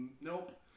nope